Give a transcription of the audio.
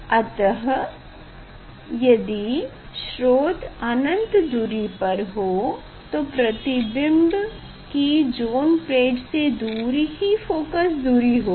अतः यदि स्रोत अनंत दूरी पर हो तो प्रतिबिंब की ज़ोन प्लेट से दूरी ही फोकस दूरी होगी